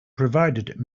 provided